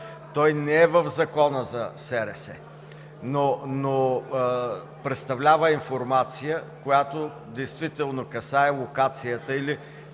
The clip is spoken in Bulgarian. Той не е в Закона за СРС, но представлява информация, която действително касае локацията или